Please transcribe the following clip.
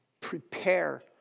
prepare